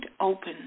open